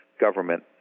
government